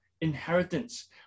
inheritance